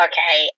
Okay